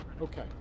okay